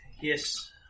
Yes